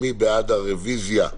מי בעד הרוויזיה,